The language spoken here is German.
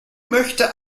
möchte